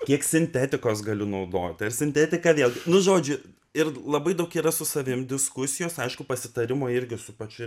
kiek sintetikos galiu naudoti ar sintetika vėl nu žodžiu ir labai daug yra su savim diskusijos aišku pasitarimo irgi su pačiu